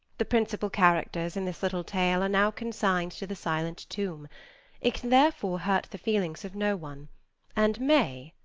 the principal characters in this little tale are now consigned to the silent tomb it can therefore hurt the feelings of no one and may,